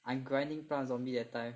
I grinding Plant and Zombie that time